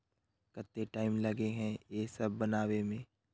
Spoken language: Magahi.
केते टाइम लगे है ये सब बनावे में?